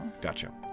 Gotcha